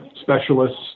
specialists